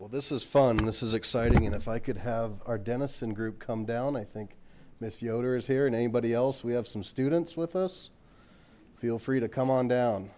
well this is fun this is exciting and if i could have our denizen group come down i think this yoder is here and anybody else we have some students with us feel free to come on down